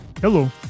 Hello